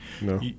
No